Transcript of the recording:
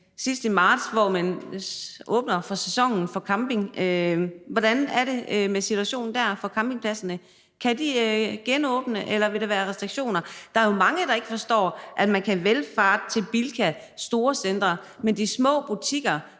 sidst i marts åbner for campingsæsonen, hvordan er situationen så der for campingpladserne? Kan de genåbne, eller vil der være restriktioner? Der er jo mange, der ikke forstår, at man kan valfarte til Bilka og storcentre, men at de små butikker,